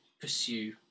pursue